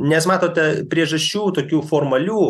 nes matote priežasčių tokių formalių